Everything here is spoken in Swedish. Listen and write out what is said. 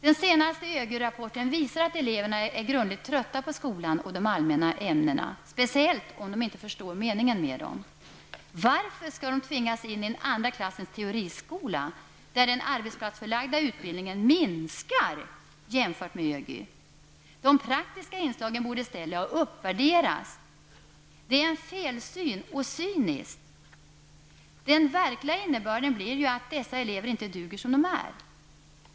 Den senaste ÖGY rapporten visar att eleverna är grundligt trötta på skolan och de allmänna ämnena, speciellt om de inte förstår meningen med dem. Varför skall de tvingas in i en andra klassens teoriskola där den arbetsplatsförlagda utbildningen minskar jämfört med ÖGY? De praktiska inslagen borde i stället ha uppvärderats. Detta är en felsyn, och det är cyniskt. Den verkliga innebörden blir ju att dessa elever inte duger som de är.